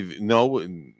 no